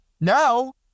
Now